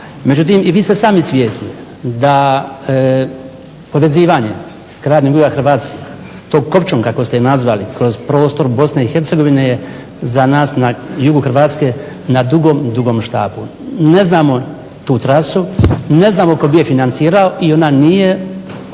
Međutim, i vi ste sami svjesni da povezivanje krajnjeg juga Hrvatske, tom kopčom kako ste je nazvali kroz prostor BiH je za nas na jugu Hrvatske na dugom, dugom štapu. Ne znamo tu trasu i ne znamo tko bi ju financirao i ona nije